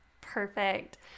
Perfect